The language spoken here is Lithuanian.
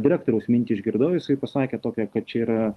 direktoriaus mintį išgirdau jisai pasakė tokią kad čia yra